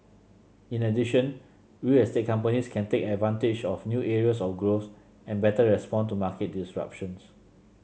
in addition real estate companies can take advantage of new areas of growth and better respond to market disruptions